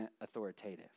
authoritative